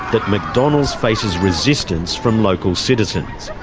that mcdonald's faces resistance form local citizens.